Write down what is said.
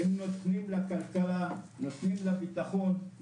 הם נותנים לכלכלה נותנים לביטחון,